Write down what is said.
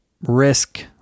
risk